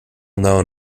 known